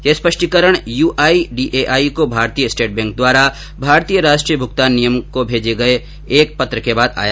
यह स्पष्टीकरण न्य्यप को भारतीय स्टेट बैंक द्वारा भारतीय राष्ट्रीय भुगतान निगम को भेजे गये एक पत्र के बाद आया